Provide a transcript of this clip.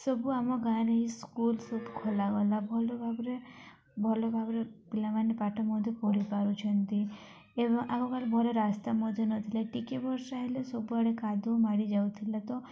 ସବୁ ଆମ ଗାଁରେ ହିଁ ସ୍କୁଲ୍ ସବୁ ଖୋଲାଗଲା ଭଲ ଭାବରେ ଭଲ ଭାବରେ ପିଲାମାନେ ପାଠ ମଧ୍ୟ ପଢ଼ି ପାରୁଛନ୍ତି ଏବଂ ଆଗକାଳ ଭଲ ରାସ୍ତା ମଧ୍ୟ ନଥିଲା ଟିକିଏ ବର୍ଷା ହେଲେ ସବୁଆଡ଼େ କାଦୁଅ ମାଡ଼ିଯାଉଥିଲା ତ